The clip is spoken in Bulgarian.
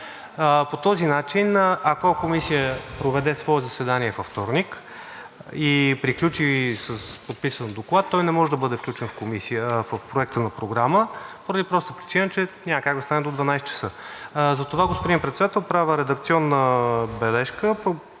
По този начин, ако комисия проведе свое заседание във вторник и приключи с подписан доклад, той не може да бъде включен в Проекта на програма поради простата причина, че няма как да стане до 12,00 ч. Господин Председател, правя редакционно предложение